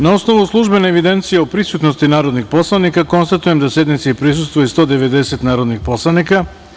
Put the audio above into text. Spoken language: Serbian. Na osnovu službene evidencije o prisutnosti narodnih poslanika, konstatujem da sednici prisustvuje 190 narodnih poslanika.